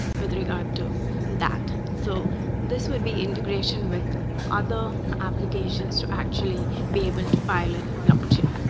with regard to that. so this would be integration with other applications to actually be able to pilot blockchain.